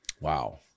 Wow